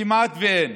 כמעט אין.